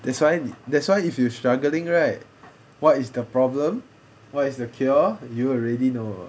that's why that's why if you struggling right what is the problem what is the cure you already know